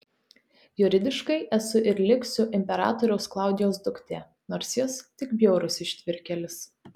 juridiškai esu ir liksiu imperatoriaus klaudijaus duktė nors jis tik bjaurus ištvirkėlis